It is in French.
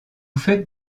fête